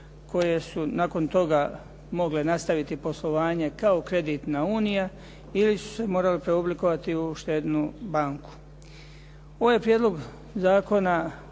koje su nakon toga mogle nastaviti poslovanje kao kreditna unija ili su se morali preoblikovati u štednu banku. Ovaj Prijedlog zakona